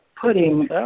putting